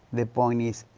the point is,